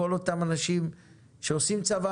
כל אותם אנשים שעושים צבא,